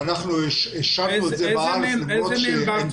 ואנחנו אישרנו את זה בארץ למרות שעמדתנו